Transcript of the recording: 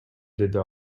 деди